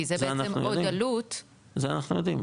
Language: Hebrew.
כי זה בעצם עוד עלות -- זה אנחנו יודעים,